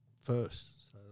first